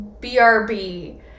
brb